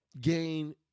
gain